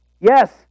Yes